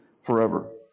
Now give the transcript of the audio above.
forever